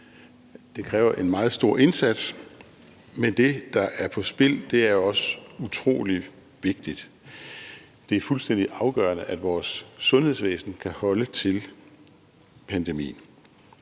Det kræver en meget stor indsats, men det, der er på spil, er også utrolig vigtigt. Det er fuldstændig afgørende, at vores sundhedsvæsen kan holde til pandemien.